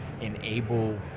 enable